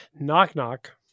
Knock-knock